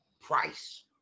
price